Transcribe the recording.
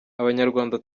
abanyarwanda